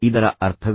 ಇದರ ಅರ್ಥವೇನು